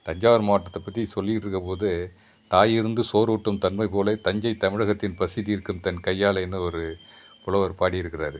தஞ்சாவூர் மாவட்டத்தை பற்றி சொல்லிட்டு இருக்கும் போது தாய் இருந்து சோறு ஊட்டும் தன்மை போலே தஞ்சை தமிழகத்தின் பசி தீர்க்கும் தன் கையாலே இன்னும் ஒரு புலவர் பாடியிருக்கிறாரு